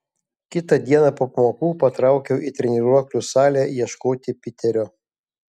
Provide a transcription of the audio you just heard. kitą dieną po pamokų patraukiau į treniruoklių salę ieškoti piterio